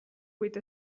with